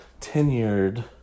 tenured